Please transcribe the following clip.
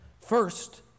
First